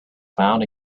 found